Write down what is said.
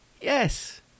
yes